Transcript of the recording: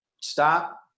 stop